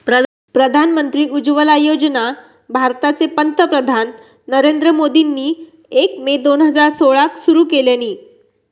प्रधानमंत्री उज्ज्वला योजना भारताचे पंतप्रधान नरेंद्र मोदींनी एक मे दोन हजार सोळाक सुरू केल्यानी